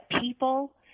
people